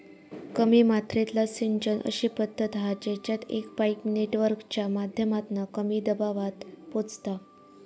कमी मात्रेतला सिंचन अशी पद्धत हा जेच्यात एक पाईप नेटवर्कच्या माध्यमातना कमी दबावात पोचता